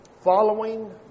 following